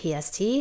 PST